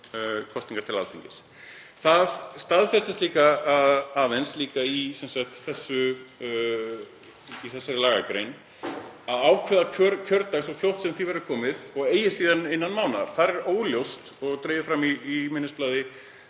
kosningar til Alþingis. Það staðfestist líka samkvæmt þessari lagagrein að ákveða kjördag svo fljótt sem því verður við komið og eigi síðar en innan mánaðar. Þar er óljóst, og dregið fram í minnisblaði